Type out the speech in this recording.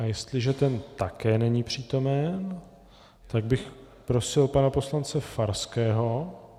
Jestliže ten také není přítomen, tak bych prosil pana poslance Farského.